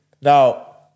Now